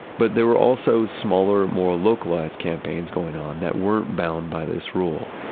but there were also smaller, more localized campaigns going on that weren't bound by this rule.